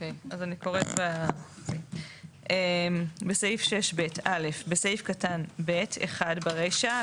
טוב אז אני קוראת בסעיף 6(ב) בסעיף 6ב בסעיף קטן (ב) ברישה,